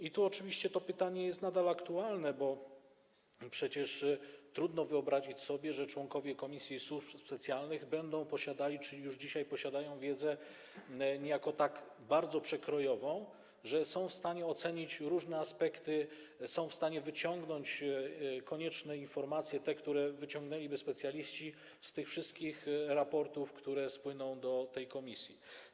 I tu oczywiście to pytanie jest nadal aktualne, bo przecież trudno wyobrazić sobie, że członkowie Komisji do Spraw Służb Specjalnych będą posiadali czy już dzisiaj posiadają wiedzę niejako tak bardzo przekrojową, że są w stanie ocenić różne aspekty, są w stanie wyciągnąć konieczne informacje, które wyciągnęliby specjaliści, z tych wszystkich raportów, które spłyną do tej komisji.